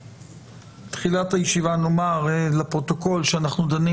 בתחילת הישיבה, נאמר לפרוטוקול שאנחנו דנים